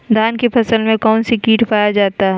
धान की फसल में कौन सी किट पाया जाता है?